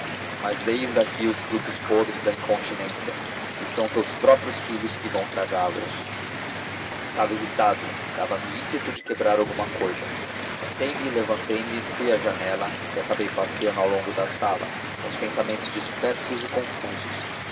mas eis aqui os frutos podres da incontinência e são teus próprios filhos que vão tragá los estava irritado dava-me ímpeto de quebrar alguma cousa sentei-me levantei-me fui à janela e acabei passeando ao longo da sala com os pensamentos dispersos e confusos